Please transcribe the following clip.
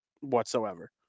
whatsoever